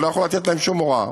והוא לא יכול לתת להם שום הוראה.